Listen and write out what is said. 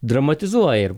dramatizuoja ir